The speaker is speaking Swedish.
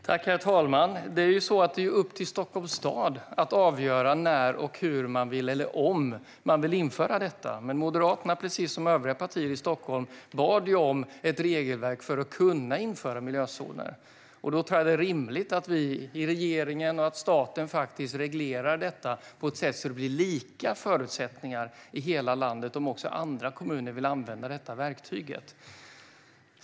Herr talman! Det är upp till Stockholms stad att avgöra när, hur och om man vill införa detta. Men Moderaterna, precis som övriga partier i Stockholm, bad om ett regelverk för att kunna införa miljözoner. Då tror jag att det är rimligt att vi i regeringen och staten faktiskt reglerar detta på ett sätt som gör att det blir lika förutsättningar i hela landet, om också andra kommuner vill använda detta verktyg.